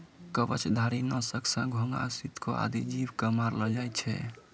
कवचधारी? नासक सँ घोघा, सितको आदि जीव क मारलो जाय छै